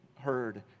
heard